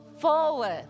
forward